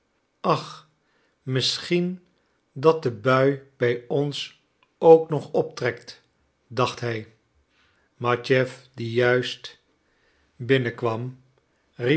ach misschien dat de bui bij ons ook nog optrekt dacht hij matjeff die juist